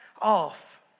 off